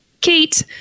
Kate